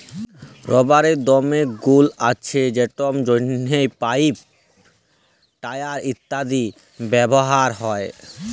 রাবারের দমে গুল্ আছে যেটর জ্যনহে পাইপ, টায়ার ইত্যাদিতে ব্যাভার হ্যয়